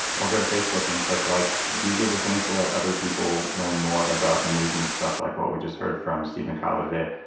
or go to facebook and click ilike. like these are the things to let other people learn more about amazing stuff like what we've just heard from steven kotler today.